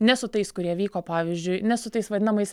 ne su tais kurie vyko pavyzdžiui ne su tais vadinamais